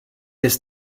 des